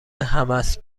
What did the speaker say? همست